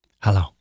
Hello